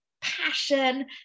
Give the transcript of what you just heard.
passion